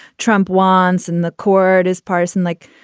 trump wants in the court is partisan like